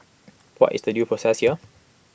what is the due process here